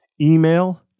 email